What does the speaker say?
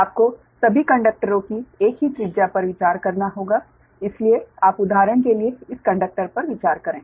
आपको सभी कंडक्टरों की एक ही त्रिज्या पर विचार करना होगा इसलिए आप उदाहरण के लिए इस कंडक्टर इस पर विचार करें